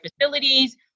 facilities